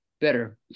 better